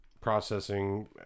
processing